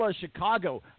Chicago